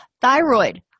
Thyroid